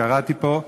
קראתי פה,